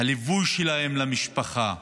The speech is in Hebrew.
הליווי שלהם למשפחה,